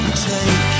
take